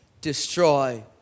destroy